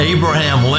Abraham